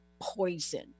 poison